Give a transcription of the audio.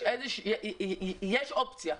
אבל יש אופציה,